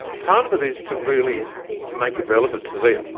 part of it is to really make it relevant to them.